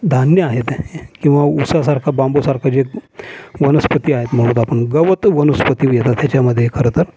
धान्य आहेत किंवा ऊसासारखा बांबूसारखा जे वनस्पती आहेत म्हणूत आपण गवत वनस्पती येतं तेच्यामध्ये खरं तर